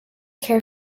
care